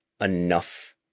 enough